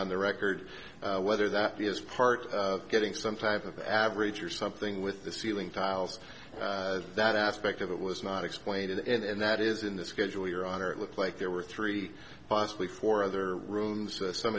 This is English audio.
on the record whether that is part of getting some type of average or something with the ceiling tiles that aspect of it was not explained and that is in the schedule your honor it looked like there were three possibly four other rooms some